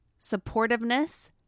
supportiveness